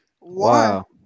wow